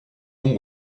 bon